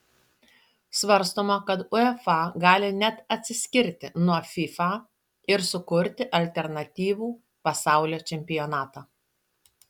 svarstoma kad uefa gali net atsiskirti nuo fifa ir sukurti alternatyvų pasaulio čempionatą